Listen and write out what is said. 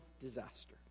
disaster